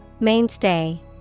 Mainstay